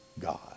God